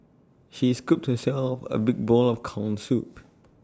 she scooped herself A big bowl of Corn Soup